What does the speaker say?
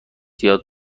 زیاد